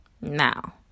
Now